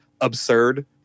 absurd